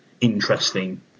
interesting